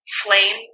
flame